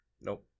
Nope